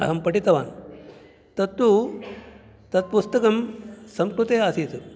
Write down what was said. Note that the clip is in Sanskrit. अहं पठितवान् तत्तु तत् पुस्तकं संस्कृते आसीत्